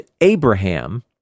Abraham